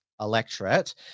electorate